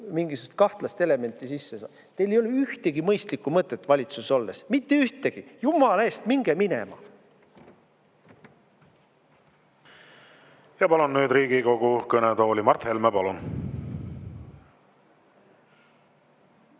mingisugust kahtlast elementi sisse tuua. Teil ei ole ühtegi mõistlikku mõtet valitsuses olles – mitte ühtegi! Jumala eest, minge minema! Palun Riigikogu kõnetooli Mart Helme. Palun!